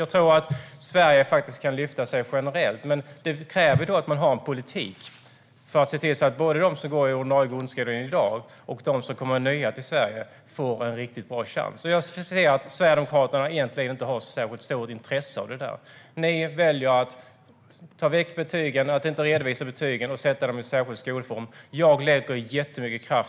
Jag tror att Sverige faktiskt kan lyfta sig generellt, men det kräver att man har en politik för att se till att både de som går i den ordinarie grundskolan i dag och de som kommer till Sverige får en riktigt bra chans. Jag ser att Sverigedemokraterna egentligen inte har så stort intresse av detta. Ni väljer att inte redovisa betygen och att sätta dessa elever i en särskild skolform.